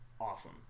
Awesome